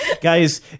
guys